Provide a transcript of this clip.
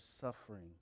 suffering